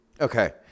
Okay